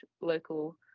local